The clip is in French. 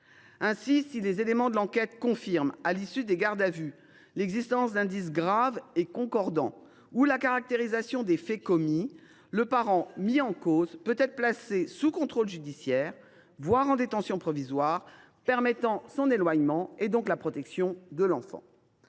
Ainsi, si les éléments de l’enquête confirment, à l’issue de la garde à vue, l’existence d’indices graves et concordants ou la caractérisation des faits commis, le parent mis en cause peut être placé sous contrôle judiciaire, voire en détention provisoire, permettant son éloignement et la protection de l’enfant.